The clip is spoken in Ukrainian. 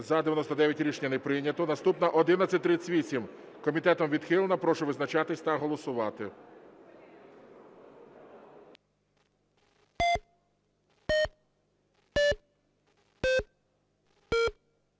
За-99 Рішення не прийнято. Наступна 1138. Комітетом відхилена. Прошу визначатися та голосувати.